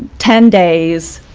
ten days,